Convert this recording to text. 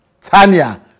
Tanya